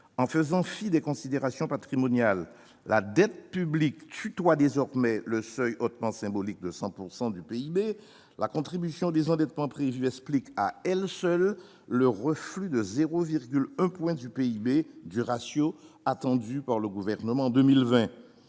en faisant fi des considérations patrimoniales. La dette publique tutoie désormais le seuil hautement symbolique des 100 % du PIB. La contribution au désendettement prévue explique à elle seule le reflux de 0,1 point de PIB du ratio qu'escompte le Gouvernement en 2020.